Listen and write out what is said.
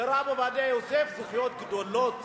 לרב עובדיה יוסף יש זכויות גדולות